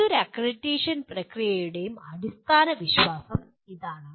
ഏതൊരു അക്രഡിറ്റേഷൻ പ്രക്രിയയുടെയും അടിസ്ഥാന വിശ്വാസം അതാണ്